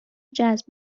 جذب